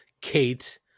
Kate